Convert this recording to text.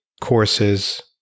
courses